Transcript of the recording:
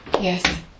Yes